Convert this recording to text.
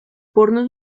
porno